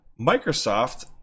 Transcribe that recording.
Microsoft